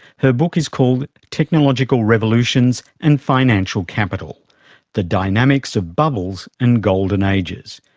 her book is called technological revolutions and financial capital the dynamics of bubbles and golden ages.